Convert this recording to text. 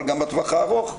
אבל גם בטווח הארוך,